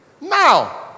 Now